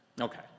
Okay